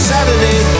Saturday